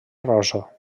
rosa